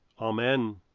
amen